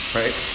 right